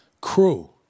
crew